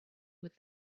would